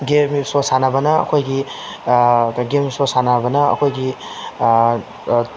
sport ꯁꯥꯟꯅꯕꯅ ꯑꯩꯈꯣꯏꯒꯤ ꯑꯩꯈꯣꯏ ꯒꯦꯝ ꯏꯁꯄꯣꯔꯠ ꯁꯥꯟꯅꯕꯅ ꯑꯩꯈꯣꯏꯒꯤ